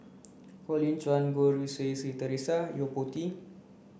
Colin Cheong Goh Rui Si Theresa and Yo Po Tee